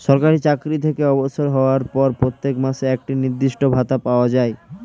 সরকারি চাকরি থেকে অবসর হওয়ার পর প্রত্যেক মাসে একটি নির্দিষ্ট ভাতা পাওয়া যায়